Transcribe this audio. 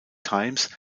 times